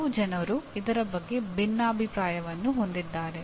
ಕೆಲವು ಜನರು ಇದರ ಬಗ್ಗೆ ಭಿನ್ನಾಭಿಪ್ರಾಯವನ್ನು ಹೊಂದಿದ್ದಾರೆ